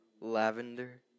Lavender